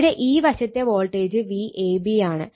ഇവിടെ ഈ വശത്തെ വോൾട്ടേജ് Vab ആണ്